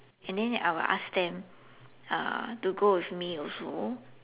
and then I will ask them uh to go with me also